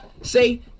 Say